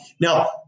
Now